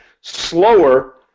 slower